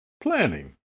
planning